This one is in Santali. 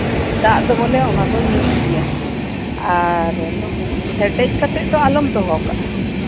ᱫᱟᱜ ᱫᱚ ᱵᱚᱞᱮ ᱚᱱᱟᱫᱚᱢ ᱧᱩ ᱤᱫᱤᱭᱟᱢ ᱟᱨ ᱦᱮᱰᱮᱪ ᱠᱟᱛᱮᱫ ᱫᱚ ᱟᱞᱚᱢ ᱫᱚᱦᱚ ᱠᱟᱜᱼᱟ